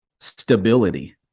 stability